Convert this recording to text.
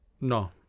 no